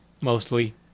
Mostly